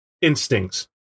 instincts